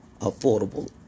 affordable